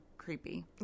creepy